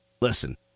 listen